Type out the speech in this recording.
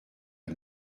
vas